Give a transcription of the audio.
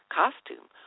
costume